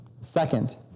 Second